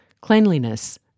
cleanliness